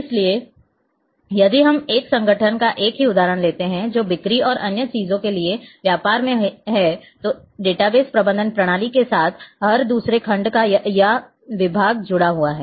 इसलिए यदि हम एक संगठन का एक ही उदाहरण लेते हैं जो बिक्री और अन्य चीजों के लिए व्यापार में है तो डेटाबेस प्रबंधन प्रणाली के साथ हर दूसरे खंड या विभाग जुड़ा हुआ है